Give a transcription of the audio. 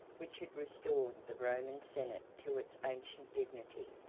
which had restored the roman senate to its ancient dignity.